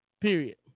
Period